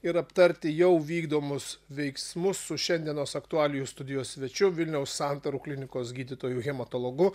ir aptarti jau vykdomus veiksmus su šiandienos aktualijų studijos svečiu vilniaus santarų klinikos gydytoju hematologu